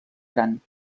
gran